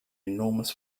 enormous